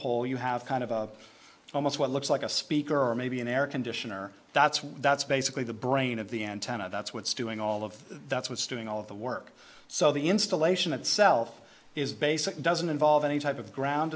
pole you have kind of almost what looks like a speaker or maybe an air conditioner that's what that's basically the brain of the antenna that's what's doing all of that's what's doing all of the work so the installation itself is basically doesn't involve any type of ground